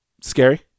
Scary